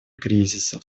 кризиса